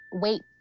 wait